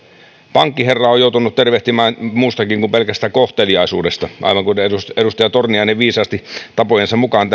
pankkiherraa on joutunut tervehtimään muustakin kuin pelkästä kohteliaisuudesta aivan kuten edustaja torniainen viisaasti jälleen tapojensa mukaan